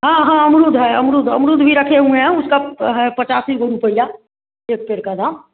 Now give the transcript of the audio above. हाँ हाँ अमरुद है अमरुद अमरुद भी रखे हुए हैं उसकप है पिच्चासी गो रुपया एक पेड़ का दाम